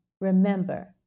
remember